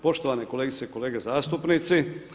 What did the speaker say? Poštovane kolegice i kolege zastupnici.